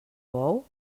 bou